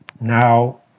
Now